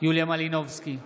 יוליה מלינובסקי,